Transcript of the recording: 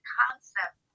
concept